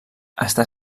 està